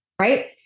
Right